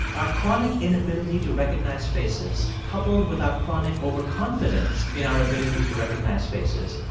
our chronic inability to recognize faces, coupled with our chronic overconfidence in our ability to recognize faces,